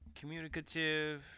communicative